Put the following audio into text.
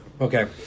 Okay